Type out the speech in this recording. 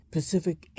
Pacific